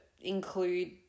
include